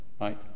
Right